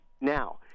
Now